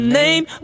name